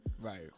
Right